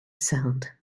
sound